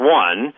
one